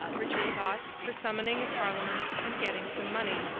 richard thought, for summoning a parliament and getting some money.